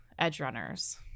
Edgerunners